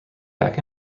back